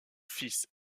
fils